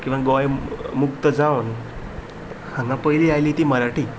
किंवां गोंय मुक्त जावन हांगा पयली आयली ती मराठी